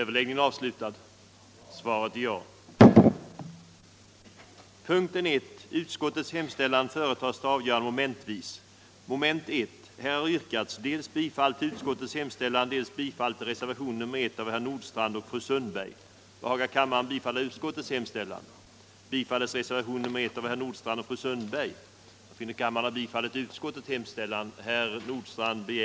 Mina argument fortsätter att leva med ytterligare kraft, men jag förmodar att herr Alemyr sticker upp igen för att försöka döda dem. Gör han inte det, förutsätter jag att de lever. den det ej vill röstar nej. den det ej vill röstar nej. den det ej vill röstar nej.